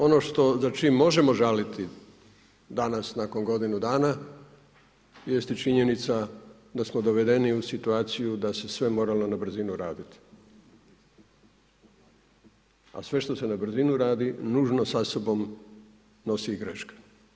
Ono što, za čime možemo žaliti, danas nakon godinu dana jest i činjenica da smo dovedeni u situaciju da se sve moralo na brzinu raditi a sve što se na brzinu radi nužno sa sobom nosi i greške.